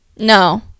no